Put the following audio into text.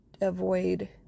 avoid